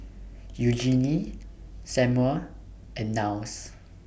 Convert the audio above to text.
Eugenie Samual and Niles